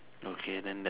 okay then